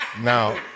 Now